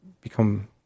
become